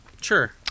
Sure